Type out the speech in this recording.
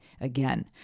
again